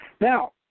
Now